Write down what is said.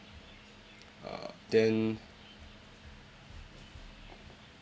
uh then